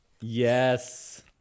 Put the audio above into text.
Yes